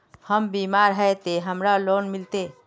हम बीमार है ते हमरा लोन मिलते?